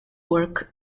work